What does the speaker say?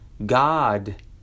God